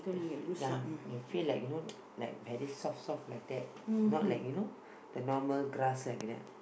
the f~ ya the feel like you know like very soft soft like that not like you know the normal grass like that